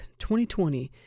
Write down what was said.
2020